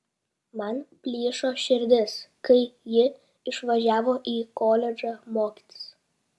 man plyšo širdis kai ji išvažiavo į koledžą mokytis